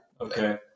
Okay